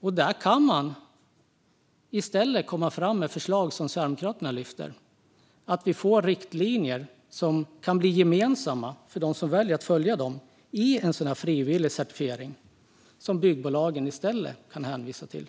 Där kan man i stället komma fram med förslag som Sverigedemokraterna lyfter fram. Vi får riktlinjer som kan bli gemensamma för dem som väljer att följa dem i en frivillig certifiering som byggbolagen i stället kan hänvisa till.